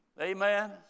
Amen